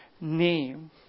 name